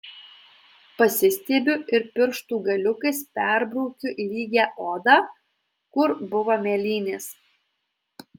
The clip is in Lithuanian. pasistiebiu ir pirštų galiukais perbraukiu lygią odą kur buvo mėlynės